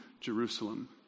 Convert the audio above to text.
Jerusalem